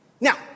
Now